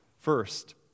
First